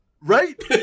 Right